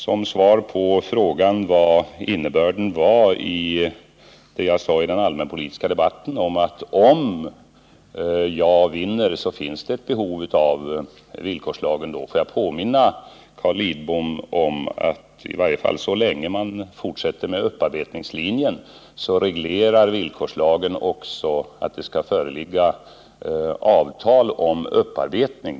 Som svar på frågan om innebörden av det jag sade i den allmänpolitiska debatten, att för den händelse ja-sidan vinner så finns det ett behov av villkorslagen, vill jag påminna Carl Lidbom om att villkorslagen, i varje fall så länge man fortsätter med upparbetningslinjen, reglerar att det skall föreligga avtal om upparbetning.